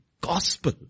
gospel